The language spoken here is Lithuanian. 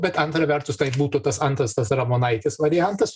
bet antra vertus tai būtų tas antras tas ramonaitės variantas